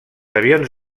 avions